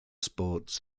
sports